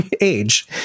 age